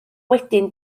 wedyn